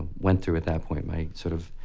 went through at that point. my, sort of,